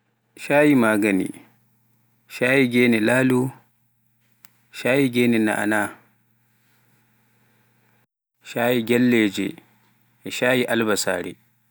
Caayi maagani, caayi geene laalo, caayi geene na'ana'a, caayi gelleeje, e caayi albasaare,